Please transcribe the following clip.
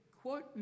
quote